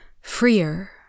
freer